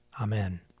Amen